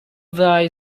thy